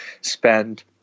spend